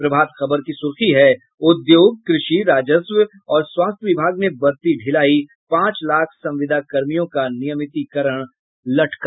प्रभात खबर की सुर्खी है उद्योग कृषि राजस्व और स्वास्थ्य विभाग ने बरती ढिलाई पांच लाख संविदाकर्मियों का नियमितीकरण लटका